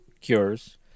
cures